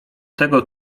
tego